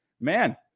man